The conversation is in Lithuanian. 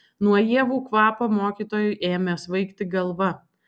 nuo ievų kvapo mokytojui ėmė svaigti galva